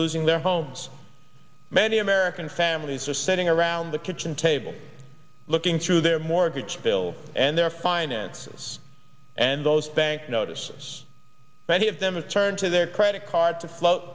losing their homes many american families are sitting around the kitchen table looking through their mortgage bill and their finances and those bank notices many of them has turned to their credit card to float